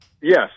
Yes